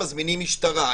הם מזמינים משטרה.